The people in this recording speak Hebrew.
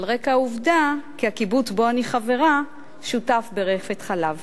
על רקע העובדה שהקיבוץ שבו אני חברה שותף ברפת חלב.